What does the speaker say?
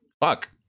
Fuck